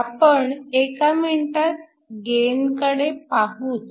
आपण एका मिनिटात गेनकडे पाहूच